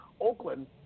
Oakland